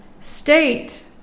state